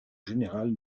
générale